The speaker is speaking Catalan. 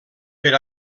per